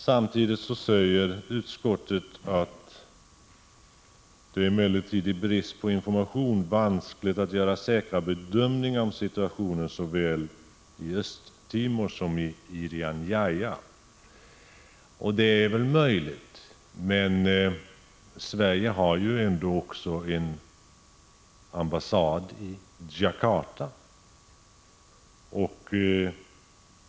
Utskottet säger samtidigt att det i brist på information emellertid är vanskligt att göra säkra bedömningar om situationen såväl i Östtimor som i Irian Jaya. Det är väl möjligt att det är så. Men vi har ju ändå en ambassad i Jakarta.